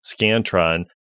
Scantron